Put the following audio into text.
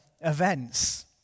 events